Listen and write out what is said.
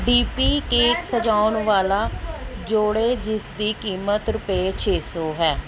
D P cake ਸਜਾਉਣ ਵਾਲਾ ਜੋੜੇ ਜਿਸ ਦੀ ਕੀਮਤ ਰੁਪਏ ਛੇ ਸੌ ਹੈ